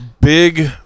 big